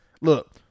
look